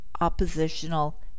oppositional